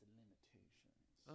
limitations